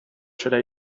should